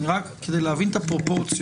רק כדי להבין את הפרופורציות.